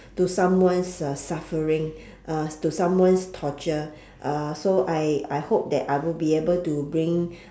to someone's uh suffering uh to someone's torture uh so I I hope that I will be able to bring